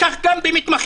כך גם במתמחים.